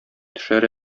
төшәр